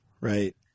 Right